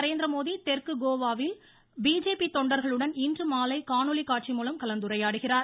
நரேந்திரமோடி தெற்கு கோவாவில் பிஜேபி தொண்டர்களுடன் இன்றுமாலை காணொலி காட்சி மூலம் கலந்துரையாடுகிறார்